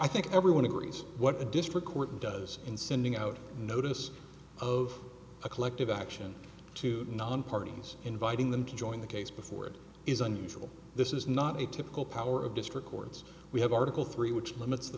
i think everyone agrees what a district court does in sending out notice of a collective action to non parties inviting them to join the case before it is unusual this is not a typical power of district courts we have article three which limits the